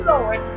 Lord